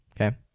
Okay